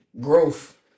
Growth